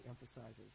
emphasizes